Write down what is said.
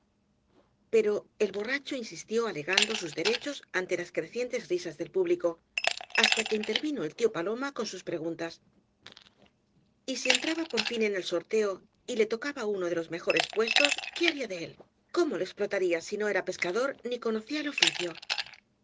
pero el borracho insistió alegando sus derechos entre las crecientes risas del público hasta que intervino el tío paloma con sus preguntas y si entraba por fia en el sorteo y le tocaba uno de loa mejores puestos qué haría de él cómo lo explotaría si no era pescador ni conocía el oficio